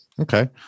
Okay